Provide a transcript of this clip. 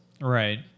Right